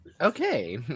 Okay